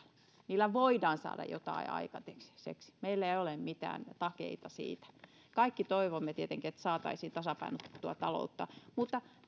niillä voidaan saada jotain aikaiseksi meillä ei ole mitään takeita siitä kaikki toivomme tietenkin että saataisiin tasapainotettua taloutta mutta